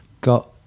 got